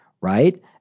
right